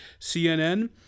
cnn